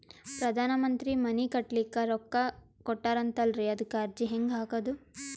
ಪ್ರಧಾನ ಮಂತ್ರಿ ಮನಿ ಕಟ್ಲಿಕ ರೊಕ್ಕ ಕೊಟತಾರಂತಲ್ರಿ, ಅದಕ ಅರ್ಜಿ ಹೆಂಗ ಹಾಕದು?